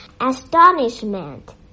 astonishment